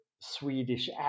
swedish